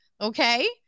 Okay